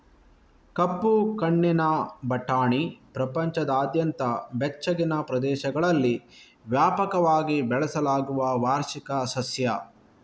ಕಪ್ಪು ಕಣ್ಣಿನ ಬಟಾಣಿ ಪ್ರಪಂಚದಾದ್ಯಂತ ಬೆಚ್ಚಗಿನ ಪ್ರದೇಶಗಳಲ್ಲಿ ವ್ಯಾಪಕವಾಗಿ ಬೆಳೆಸಲಾಗುವ ವಾರ್ಷಿಕ ಸಸ್ಯ